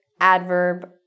adverb